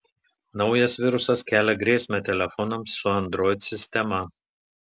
naujas virusas kelia grėsmę telefonams su android sistema